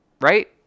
Right